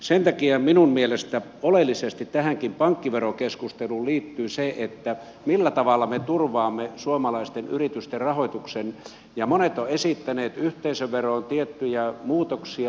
sen takia minun mielestäni oleellisesti tähänkin pankkiverokeskusteluun liittyy se millä tavalla me turvaamme suomalaisten yritysten rahoituksen ja monet ovat esittäneet yhteisöveroon tiettyjä muutoksia